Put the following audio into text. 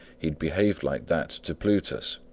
he had behaved like that to plutus.